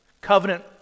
covenant